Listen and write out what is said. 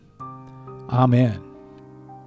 Amen